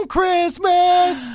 Christmas